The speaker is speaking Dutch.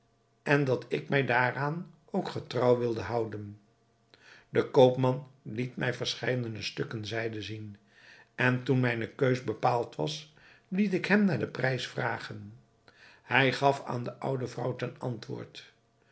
en dat ik mij daaraan ook getrouw wilde houden de koopman liet mij verscheidene stukken zijde zien en toen mijne keus bepaald was liet ik hem naar den prijs vragen hij gaf aan de oude vrouw ten antwoord